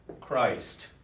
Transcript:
Christ